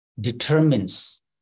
determines